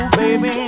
baby